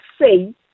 say